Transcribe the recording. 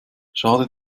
schade